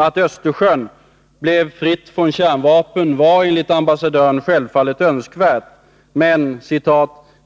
Att Östersjön blev fritt från kärnvapen var enligt ambassadören självfallet önskvärt, men